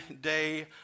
day